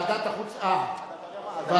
אה, היתה רוויזיה.